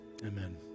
Amen